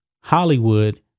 Hollywood